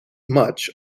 much